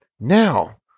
Now